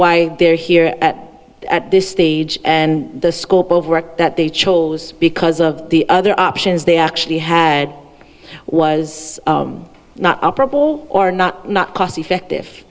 why they're here at at this stage and the scope of work that they chose because of the other options they actually had was not operable or not not cost effective